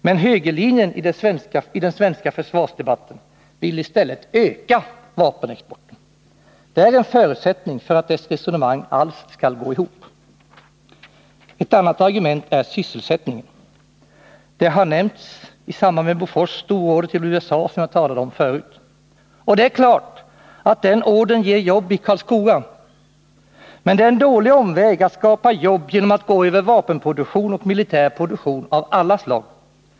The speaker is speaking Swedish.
Men högerlinjen i den svenska försvarsdebatten vill i stället öka vapenexporten. Det är en förutsättning för att dess resonemang alls skall gå ihop. Ett annat argument är sysselsättningen. Det har nämnts i samband med Bofors stororder till USA som jag talade om förut. Och det är klart att den ordern ger jobb i Karlskoga. Men det är en dålig omväg att skapa jobb genom att gå över vapenproduktion och militär produktion av alla slag.